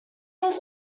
was